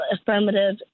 affirmative